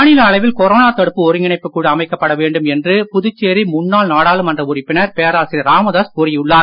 மாநில அளவில் கொரோனா தடுப்பு ஒருங்கிணைப்புக் குழு அமைக்கப்பட வேண்டும் என்று புதுச்சேரி முன்னாள் நாடாளுமன்ற உறுப்பினர் பேராசிரியர் ராமதாஸ் கூறியுள்ளார்